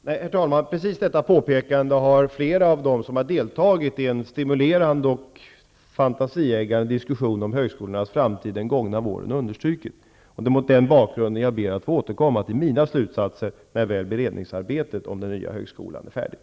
Herr talman! Precis detta påpekande har flera av dem som den gångna våren har deltagit i en stimulerande och fantasieggande diskussion om högskolornas framtid understrukit. Det är mot den bakgrunden som jag ber att få återkomma till mina slutsatser när beredningsarbetet om den nya högskolan väl är färdigt.